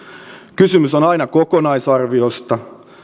kysymys on aina kokonaisarviosta